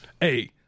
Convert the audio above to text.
Hey